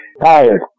Tired